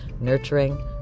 nurturing